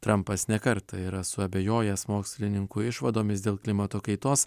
trampas ne kartą yra suabejojęs mokslininkų išvadomis dėl klimato kaitos